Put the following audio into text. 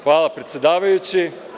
Hvala, predsedavajući.